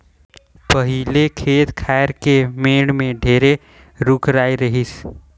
पहिले खेत खायर के मेड़ में ढेरे रूख राई रहिस